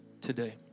today